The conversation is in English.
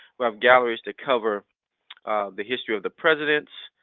we have galleries to cover the history of the presidents,